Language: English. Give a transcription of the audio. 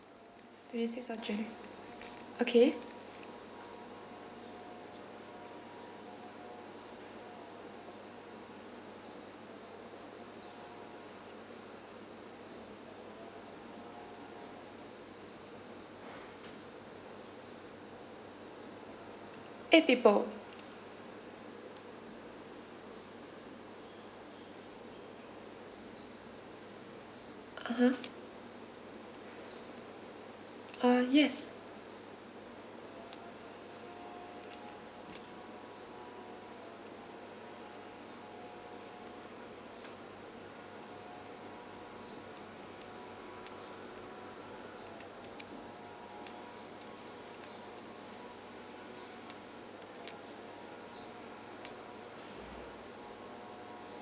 twenty six of january okay eight people (uh huh) uh yes